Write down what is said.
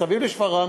מסביב לשפרעם,